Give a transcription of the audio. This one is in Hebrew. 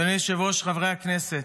אדוני היושב-ראש, חברי הכנסת,